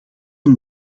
een